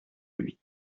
lui